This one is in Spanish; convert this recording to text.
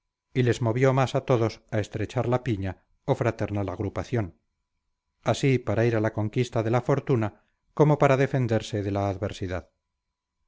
y les movió más a todos a estrechar la piña o fraternal agrupación así para ir a la conquista de la fortuna como para defenderse de la adversidad